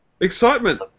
Excitement